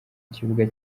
kibuga